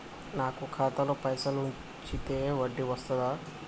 నాకు ఖాతాలో పైసలు ఉంచితే వడ్డీ వస్తదా?